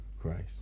Christ